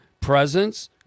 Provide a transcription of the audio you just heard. presence